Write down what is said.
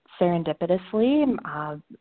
serendipitously